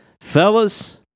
Fellas